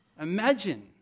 imagine